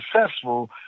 successful